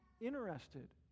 interested